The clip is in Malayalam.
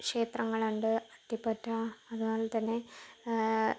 ക്ഷേത്രങ്ങളുണ്ട് അത്തിപ്പറ്റ അതുപോലെ തന്നെ